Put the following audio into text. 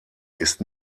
ist